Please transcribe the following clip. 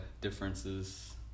differences